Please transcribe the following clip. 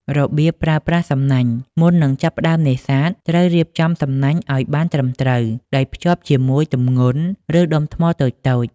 របៀបប្រើប្រាស់សំណាញ់មុននឹងចាប់ផ្តើមនេសាទ ត្រូវរៀបចំសំណាញ់ឲ្យបានត្រឹមត្រូវ ដោយភ្ជាប់ជាមួយទម្ងន់ ឬដុំថ្មតូចៗ។